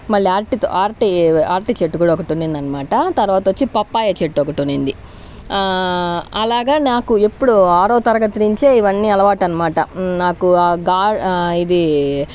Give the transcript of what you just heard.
మళ్లీ అరటి అరటి అరటి చెట్టు కూడా ఒకటి ఉనింది అనమాట తర్వాత వచ్చి పప్పాయ చెట్టు ఒకటి ఉనింది అలాగా నాకు ఎప్పుడూ ఆరో తరగతి నుంచే ఇవన్నీ అలవాటు అనమాట నాకు ఆ గా ఇది